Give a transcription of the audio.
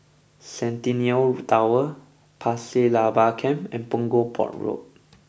Centennial Tower Pasir Laba Camp and Punggol Port Road